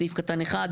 בסעיף קטן (1),